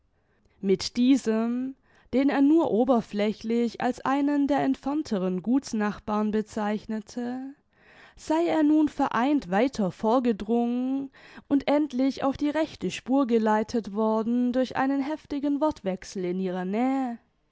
mit diesem den er nur oberflächlich als einen der entfernteren gutsnachbarn bezeichnete sei er nun vereint weiter vorgedrungen und endlich auf die rechte spur geleitet worden durch einen heftigen wortwechsel in ihrer nähe